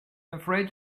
afraid